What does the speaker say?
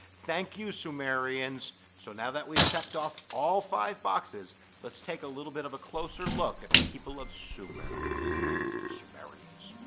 thank you sumerians so now that we've checked off all five boxes let's take a little bit of a closer look at the people of sumer you know the sumerians